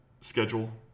schedule